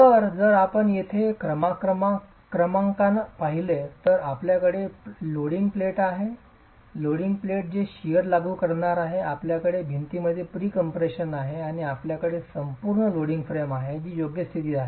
तर जर आपण येथे क्रमांकांकन पाहिले तर आपल्याकडे लोडिंग प्लेट आहे लोडिंग प्लेट जे शिअर लागू करणार आहे आपल्याकडे भिंतींमध्ये प्रीकम्प्रेशन आहे आणि आपल्याकडे संपूर्ण लोडिंग फ्रेम आहे जी योग्य स्थितीत आहे